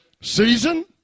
Season